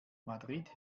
madrid